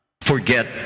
Forget